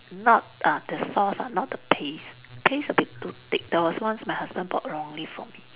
not uh the sauce ah not the paste paste a bit too thick there was once my husband bought wrongly for me